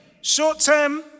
short-term